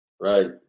Right